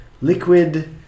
liquid